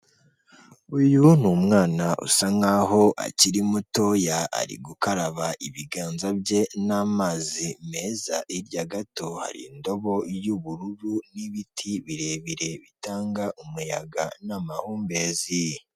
Uyu ni umwana usa nkaho akiri mutoya, ari gukaraba ibiganza bye n'amazi meza, hirya gato hari indobo y'ubururu n'ibiti birebire bitanga umuyaga n'amahumbezi.